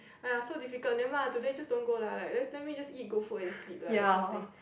!aiya! so difficult never mind lah today just don't go lah like let then we just eat good food and sleep that kind of thing